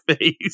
face